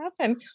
happen